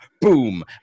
Boom